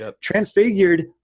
Transfigured